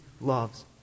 loves